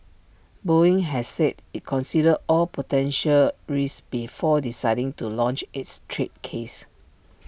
boeing has said IT considered all potential risks before deciding to launch its trade case